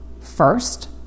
First